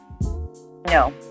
No